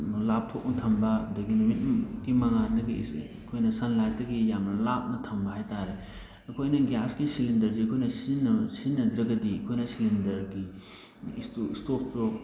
ꯂꯥꯞꯊꯣꯛꯅ ꯊꯝꯕ ꯑꯗꯒꯤ ꯅꯨꯃꯤꯠ ꯀꯤ ꯃꯉꯥꯜꯗꯒꯤ ꯑꯩꯈꯣꯏꯅ ꯁꯟ ꯂꯥꯏꯠꯇꯒꯤ ꯌꯥꯝꯅ ꯂꯥꯞꯅ ꯊꯝꯕ ꯍꯥꯏ ꯇꯥꯔꯦ ꯑꯩꯈꯣꯏꯅ ꯒ꯭ꯌꯥꯁꯀꯤ ꯁꯤꯂꯤꯟꯗꯔꯁꯦ ꯑꯩꯈꯣꯏꯅ ꯁꯤꯖꯤꯟꯅꯕ ꯁꯤꯖꯤꯟꯅꯗ꯭ꯔꯒꯗꯤ ꯑꯩꯈꯣꯏꯅ ꯁꯤꯂꯤꯟꯗꯔꯒꯤ ꯏꯁꯇꯣꯛꯇꯣ